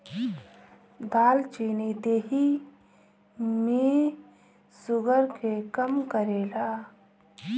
दालचीनी देहि में शुगर के कम करेला